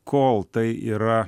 kol tai yra